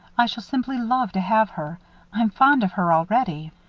i shall simply love to have her i'm fond of her already.